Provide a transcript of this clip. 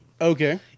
Okay